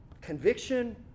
conviction